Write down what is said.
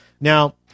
Now